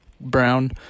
brown